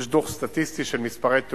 יש דוח סטטיסטי של מספרי תאונות,